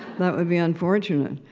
that would be unfortunate.